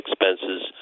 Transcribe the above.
expenses